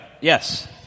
Yes